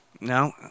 No